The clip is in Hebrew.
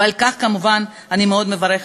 ועל כך אני כמובן מאוד מברכת.